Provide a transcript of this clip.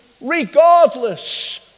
regardless